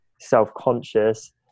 self-conscious